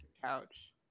Couch